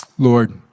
Lord